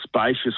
spacious